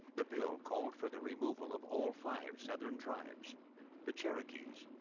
the bill called for the removal of all five southern tribes the cherokees,